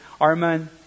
Arman